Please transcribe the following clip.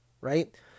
right